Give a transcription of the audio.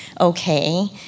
okay